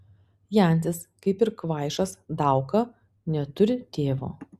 jancis kaip ir kvaišas dauka neturi tėvo